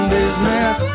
business